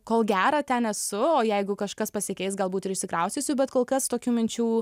kol gera ten esu o jeigu kažkas pasikeis galbūt ir išsikraustysiu bet kol kas tokių minčių